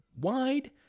wide